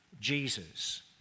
Jesus